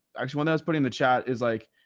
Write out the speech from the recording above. actually when i was putting the chat is like,